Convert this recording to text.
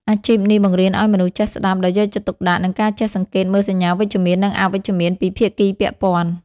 អាជីពនេះបង្រៀនឱ្យមនុស្សចេះស្តាប់ដោយយកចិត្តទុកដាក់ និងការចេះសង្កេតមើលសញ្ញាវិជ្ជមាន និងអវិជ្ជមានពីភាគីពាក់ព័ន្ធ។